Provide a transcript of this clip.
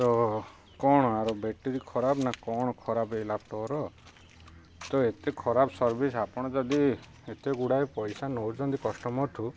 ତ କ'ଣ ଆର ବ୍ୟାଟେରୀ ଖରାପ୍ ନା କ'ଣ ଖରାପ୍ ଏଇ ଲ୍ୟାପଟପ୍ର ତ ଏତେ ଖରାପ୍ ସର୍ଭିସ୍ ଆପଣ ଯଦି ଏତେ ଗୁଡ଼ାଏ ପଇସା ନେଉଛନ୍ତି କଷ୍ଟମର୍ ଠୁ